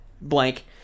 blank